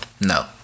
No